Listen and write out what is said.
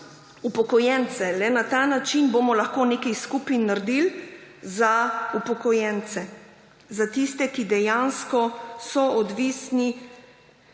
upokojence. Le na ta način bomo lahko nekaj skupaj naredili za upokojence, za tiste, ki dejansko so odvisni